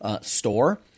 store